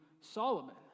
Solomon